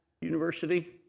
university